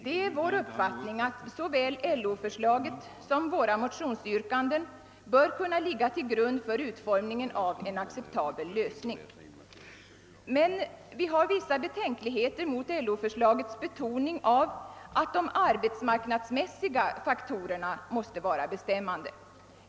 Det är vår uppfattning att såväl LO förslagen som våra motionsyrkanden bör kunna ligga till grund för utformningen av en acceptabel lösning. Men vi har vissa betänkligheter mot LO förslagets betoning av att de arbetsmarknadsmässiga faktorerna måste vara bestämmande.